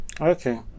Okay